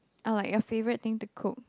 or like your favourite thing to cook